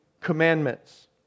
commandments